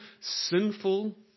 sinful